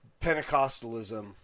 Pentecostalism